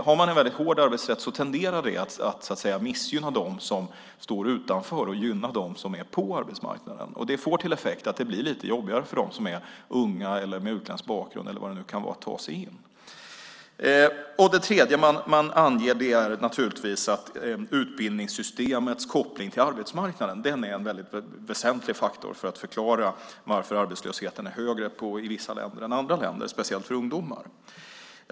Har man en väldigt hård arbetsrätt tenderar det att missgynna dem som står utanför och gynna dem som är på arbetsmarknaden. Det får till effekt att det blir lite jobbigare för dem som är unga eller har utländsk bakgrund eller vad det nu kan vara att ta sig in. Det tredje man anger är naturligtvis att utbildningssystemets koppling till arbetsmarknaden är en väsentlig faktor för att förklara varför arbetslösheten är högre i vissa länder än andra länder, speciellt för ungdomar.